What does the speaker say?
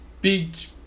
beach